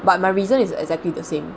but my reason is exactly the same